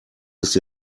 ist